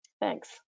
Thanks